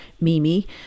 Mimi